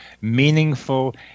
meaningful